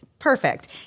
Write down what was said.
Perfect